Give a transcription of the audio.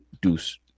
Deuce